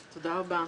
לך,